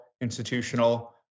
institutional